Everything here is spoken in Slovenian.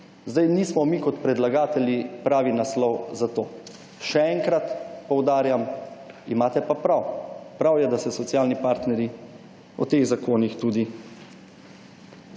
zdaj nismo mi kot predlagatelji pravi naslov za to. Še enkrat poudarjam, imate pa prav. Prav je, da se socialni partnerji o teh zakonih tudi